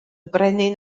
brenin